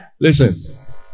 Listen